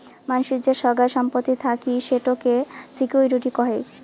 মানসির যে সোগায় সম্পত্তি থাকি সেটোকে সিকিউরিটি কহে